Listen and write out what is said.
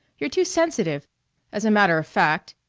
you're too sensitive as a matter of fact,